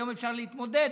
היום אפשר להתמודד,